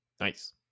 nice